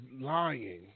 lying